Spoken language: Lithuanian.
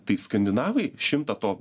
tai skandinavai šimtą to